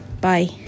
Bye